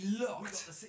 locked